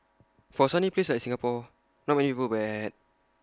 for A sunny place like Singapore not many people wear A hat